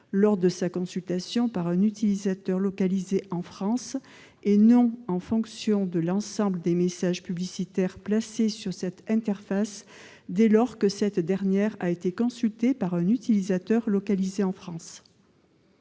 lors de sa consultation par un utilisateur localisé en France, et non en fonction de l'ensemble des messages publicitaires placés sur cette interface dès lors que cette dernière a été consultée par un utilisateur localisé en France.